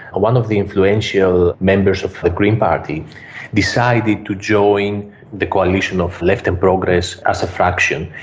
one of the influential members of the green party decided to join the coalition of left and progress as a fraction,